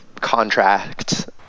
contract